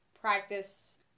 practice